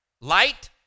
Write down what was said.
light